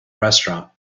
restaurant